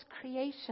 creation